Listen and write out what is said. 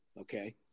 okay